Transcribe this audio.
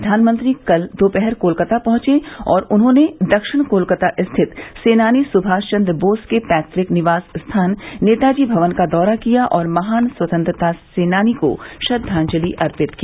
प्रधानमंत्री कल दोपहर कोलकाता पहुंचे और उन्होंने दक्षिण कोलकाता स्थित सेनानी सुभाष चन्द्र बोस के पैतुक निवास स्थान नेताजी भवन का दौरा किया और महान स्वतंत्रता सेनानी को श्रद्वांजलि अर्पित की